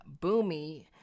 Boomy